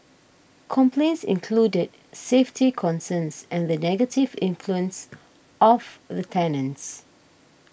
complaints included safety concerns and the negative influence of the tenants